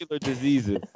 diseases